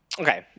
Okay